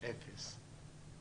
אפס.